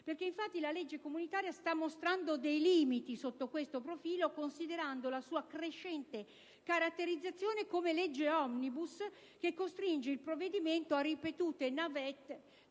europea. Infatti, la legge comunitaria sta mostrando dei limiti sotto questo profilo, considerando la sua crescente caratterizzazione come legge *omnibus*, che costringe il provvedimento a ripetute *navette*